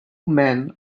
men